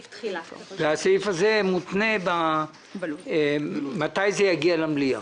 הסעיף הזה מותנה מתי זה יגיע למליאה.